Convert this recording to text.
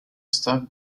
stock